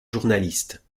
journaliste